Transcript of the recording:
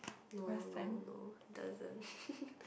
no no no doesn't